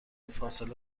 فاصله